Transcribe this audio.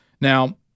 Now